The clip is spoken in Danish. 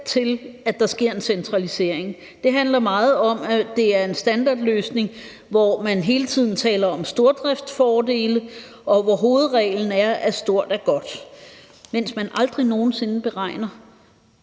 til, at der sker en centralisering. Det handler meget om, at det er en standardløsning, hvor man hele tiden taler om stordriftfordele, og hvor hovedreglen er, at stort er godt, mens man aldrig nogen sinde beregner,